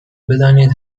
بدانید